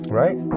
right